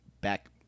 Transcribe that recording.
back